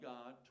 God